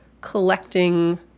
collecting